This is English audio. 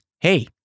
hey